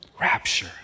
Rapture